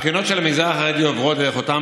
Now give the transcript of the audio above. הבחינות של המגזר החרדי עוברות דרך אותם